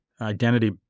identity